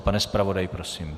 Pane zpravodaji, prosím.